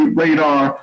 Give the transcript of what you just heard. radar